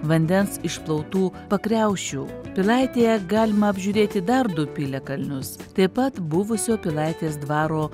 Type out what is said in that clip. vandens išplautų pakriaušių pilaitėje galima apžiūrėti dar du piliakalnius taip pat buvusio pilaitės dvaro